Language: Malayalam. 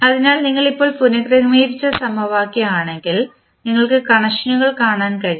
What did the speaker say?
അതിനാൽ നിങ്ങൾ ഇപ്പോൾ പുനക്രമീകരിച്ച സമവാക്യം ആണെങ്കിൽ നിങ്ങൾക്ക് കണക്ഷനുകൾ കാണാൻ കഴിയും